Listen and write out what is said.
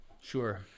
sure